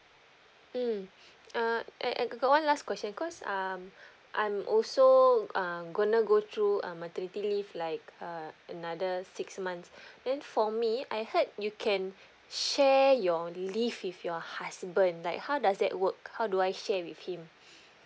mm err I I got got one last question cause um I'm also uh going to go through a maternity leave like uh another six months then for me I heard you can share your leave with your husband like how does that work how do I share with him